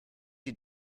die